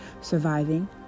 Surviving